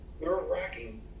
nerve-wracking